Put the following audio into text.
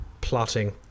plotting